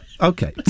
okay